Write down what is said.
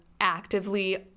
actively